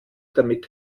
damit